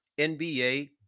NBA